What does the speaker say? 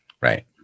right